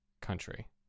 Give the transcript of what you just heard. country